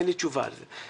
אין לי תשובה על זה.